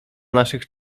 naszych